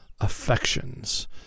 affections